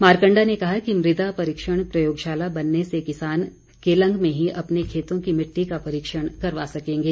मारकंडा ने कहा कि मृदा परीक्षण प्रयोगशाला बनने से किसान केलंग में ही अपने खेतों की मिट्टी का परीक्षण करवा सकेंगे